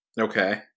Okay